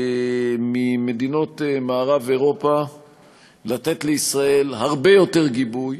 ממדינות מערב-אירופה לתת לישראל הרבה יותר גיבוי,